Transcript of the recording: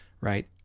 right